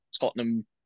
Tottenham